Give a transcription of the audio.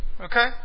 okay